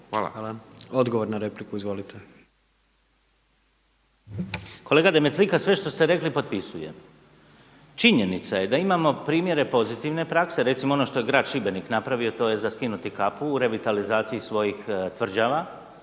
Richembergh, Goran (HNS)** Kolega Demetlika sve što ste rekli potpisujem. Činjenica je da imamo primjere pozitivne prakse, recimo ono što je grad Šibenik napravio to je za skinuti kapu u revitalizaciji svojih tvrđava